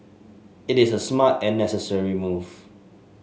it is a smart and necessary move